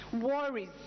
worries